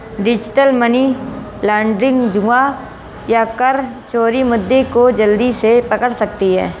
digital money laundering, जुआ या कर चोरी मुद्दे को जल्दी से पकड़ सकती है